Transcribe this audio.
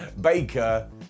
Baker